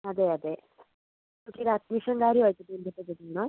അതെ അതെ കുട്ടിയുടെ അഡ്മിഷൻ കാര്യവുമായിട്ട് ബന്ധപ്പെട്ടിട്ടാണ്